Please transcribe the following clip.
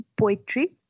poetry